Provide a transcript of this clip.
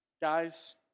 Guys